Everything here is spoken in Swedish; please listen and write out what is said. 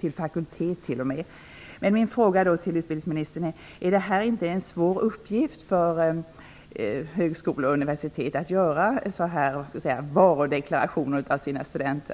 till fakultet. Min fråga till utbildningsministern är: Är det inte en svår uppgift för högskolor och universitet att göra sådana här varudeklarationer av sina studenter?